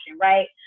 right